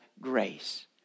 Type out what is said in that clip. grace